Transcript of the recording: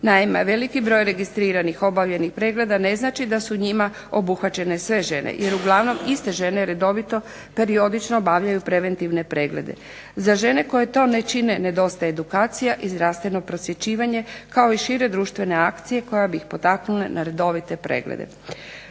Naime, veliki broj registriranih obavljenih pregleda ne znači da su njima obuhvaćene sve žene jer uglavnom iste žene redovito periodično obavljaju preventivne preglede. Za žene koje to ne čine nedostaje edukacija i zdravstveno prosvjećivanje kao i šire društvene akcije koje bi ih potaknule na redovite preglede.